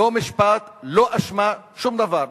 לא משפט, לא אשמה, שום דבר.